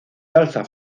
danza